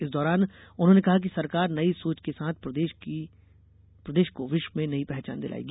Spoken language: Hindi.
इस दौरान उन्होंने कहा कि सरकार नई सोच के साथ प्रदेश को विश्व में नई पहचान दिलायगी